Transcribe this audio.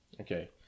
Okay